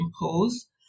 impose